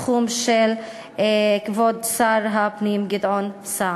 לתחום של כבוד שר הפנים גדעון סער.